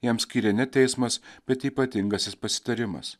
jam skyrė ne teismas bet ypatingasis pasitarimas